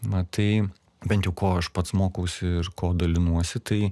na tai bent jau ko aš pats mokausi ir kuo dalinuosi tai